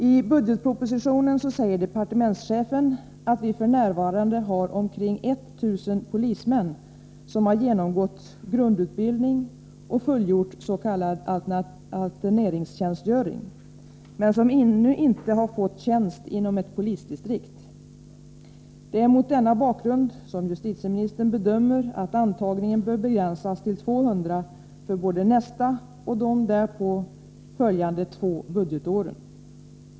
I budgetpropositionen säger departementschefen, att vi f.n. har omkring 1000 polismän som har genomgått grundutbildning och fullgjort s.k. alterneringstjänstgöring, men som ännu inte har fått tjänst inom ett polisdistrikt. Det är mot denna bakgrund som justitieministern bedömer att antagningen bör begränsas till 200 för både nästa och de därpå följande två budgetåren.